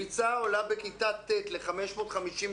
הקפיצה עולה בכיתה ט' ל-556.